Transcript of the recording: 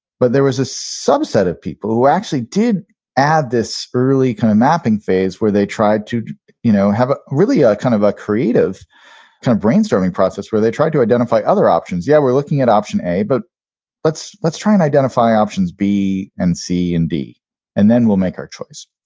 but there was a subset of people who actually did add this early kind of mapping phase where they tried to you know have really a kind of a creative kind of brainstorming process where they tried to identify other options. yeah, we're looking at option a, but let's let's try and identify options b and c and d and then we'll make our choice.